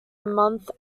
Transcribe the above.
month